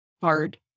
hard